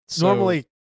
Normally